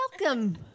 Welcome